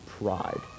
pride